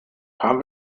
haben